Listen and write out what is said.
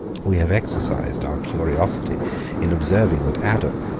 we have exercised our curiosity in observing that adam,